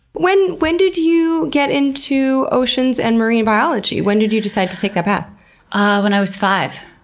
when when did you get into oceans and marine biology? when did you decide to take that path? ah when i was five.